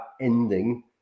ending